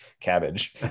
cabbage